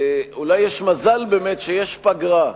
אולי יש באמת מזל שיש פגרה,